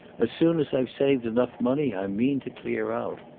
as soon as i've saved enough money i mean to clear out.